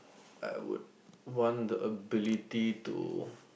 I would want the ability to